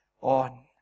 on